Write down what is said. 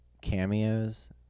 cameos